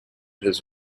his